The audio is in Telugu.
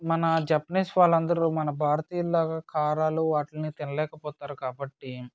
మన జపనీస్ వాళ్ళందరూ మన భారతీయుల్లాగా కారాలు వాటిని తినలేకపోతారు కాబట్టి